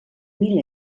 mil